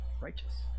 righteous